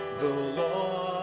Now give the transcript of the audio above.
the law,